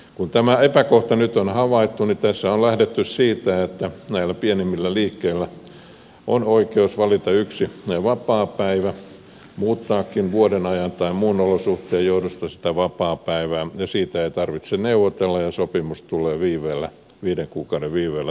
kun tämä epäkohta nyt on havaittu niin tässä on lähdetty siitä että näillä pienimmillä liikkeillä on oikeus valita yksi vapaapäivä ja muuttaakin vuodenajan tai muun olosuhteen johdosta sitä vapaapäivää siitä ei tarvitse neuvotella ja sopimus tulee viiden kuukauden viiveellä taannehtivasti voimaan